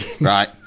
right